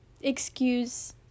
excuse